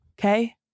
okay